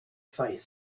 faith